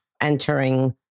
entering